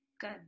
Good